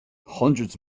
hundreds